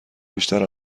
بیشتر